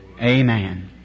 Amen